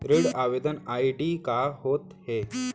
ऋण आवेदन आई.डी का होत हे?